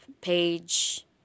page